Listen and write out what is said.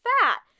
fat